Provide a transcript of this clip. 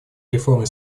реформе